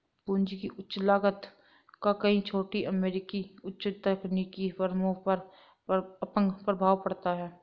पूंजी की उच्च लागत का कई छोटी अमेरिकी उच्च तकनीकी फर्मों पर अपंग प्रभाव पड़ता है